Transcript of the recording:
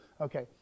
Okay